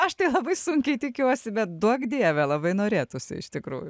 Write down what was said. aš tai labai sunkiai tikiuosi bet duok dieve labai norėtųsi iš tikrųjų